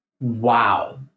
wow